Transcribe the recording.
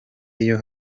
iyo